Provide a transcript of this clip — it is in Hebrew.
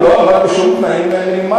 כי הוא לא עמד בשום תנאים מינימליים